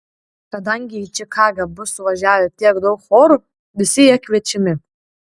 kadangi į čikagą bus suvažiavę tiek daug chorų visi jie kviečiami